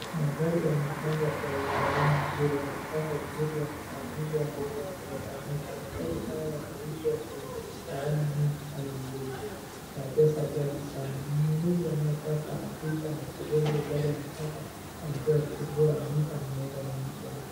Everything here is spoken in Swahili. Magari yamepangwa kwenye laini mzuri. Yamepangwa vizuri yamepanguzwa yanameta meta. Magari haya yanauzwa kwenye pahali mingi sana Nairobi, na pesa ghali sana. Mnunuzi anayetaka anakuja anachagua ile gari anataka, anapewa kifunguo analipa, na anaenda nayo nyumbani.